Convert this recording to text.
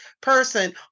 person